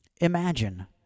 Imagine